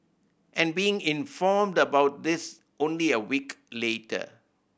and being informed about this only a week later